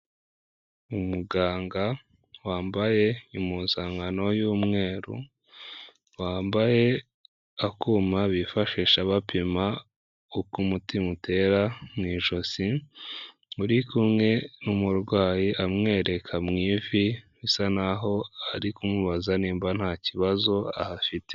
Umuganga wambaye impuzankano y'umweru, wambaye akuma bifashisha bapima uko umutima utera mu ijosi, uri kumwe n'umurwayi amwereka mu ivi, bisa n'aho ari kumubaza nimba nta kibazo ahafite.